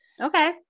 Okay